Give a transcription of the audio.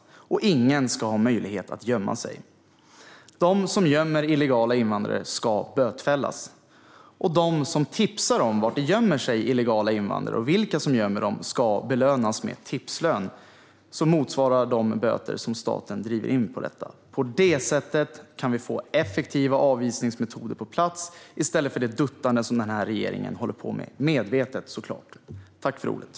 Ingen ska ha möjlighet att gömma sig. De som gömmer illegala invandrare ska bötfällas, och de som tipsar om var illegala invandrare gömmer sig och vilka som gömmer dem ska belönas med tipslön som motsvarar de böter staten driver in på detta. På detta sätt kan vi få effektiva avvisningsmetoder på plats i stället för det duttande som denna regering, medvetet såklart, håller på med.